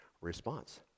response